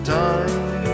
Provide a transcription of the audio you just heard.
time